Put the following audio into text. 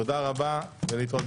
תודה רבה, הישיבה נעולה.